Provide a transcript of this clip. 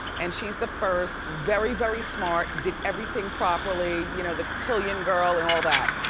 and she's the first, very, very smart, did everything properly, you know the cotillion girl and all that.